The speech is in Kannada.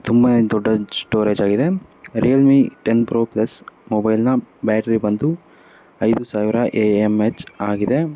ತುಂಬಾ ದೊಡ್ಡ ಸ್ಟೋರೇಜ್ ಆಗಿದೆ ಟೆನ್ ಪ್ರೊ ಪ್ಲಸ್ ಮೊಬೈಲ್ನ ಬ್ಯಾಟ್ರಿ ಬಂದು ಐದು ಸಾವಿರ ಎ ಎಮ್ ಎಚ್ ಆಗಿದೆ